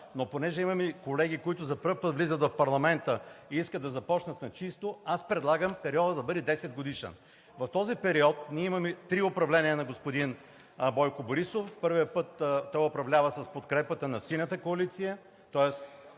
Но понеже имаме колеги, които за пръв път влизат в парламента и искат да започнат на чисто, аз предлагам периодът да бъде десетгодишен. В този период ние имаме три управления на господин Бойко Борисов. Първият той управлява с подкрепата на Синята коалиция, тоест